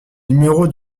numéros